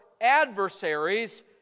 adversaries